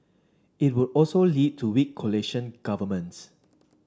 it would also lead to weak coalition governments